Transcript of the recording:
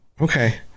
Okay